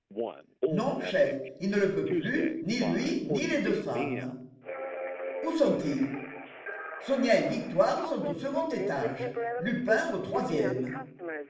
non chef il ne le peut plus ni lui ni les deux femmes où sont-ils sonia et victoire sont au second étage lupin au troisième